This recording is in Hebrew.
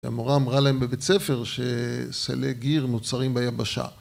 המורה אמרה להם בבית ספר שסלעי גיר נוצרים ביבשה